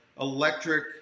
electric